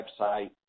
website